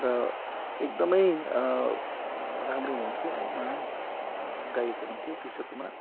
र एकदमै राम्रो हुनुहुन्थ्यो है महान गायक हुनुहुन्थ्यो किशोर कुमार